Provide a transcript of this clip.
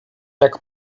jak